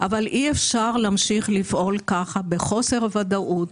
אבל אי אפשר להמשיך לפעול ככה בחוסר ודאות,